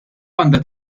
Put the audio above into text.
għandha